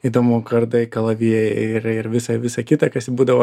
įdomu kardai kalavijai ir ir visa visa kita kas būdavo